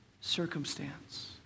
circumstance